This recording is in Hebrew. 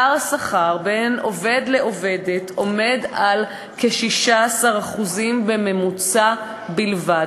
פער השכר בין עובד לעובדת הוא כ-16% בממוצע בלבד.